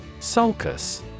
Sulcus